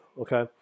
okay